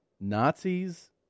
Nazis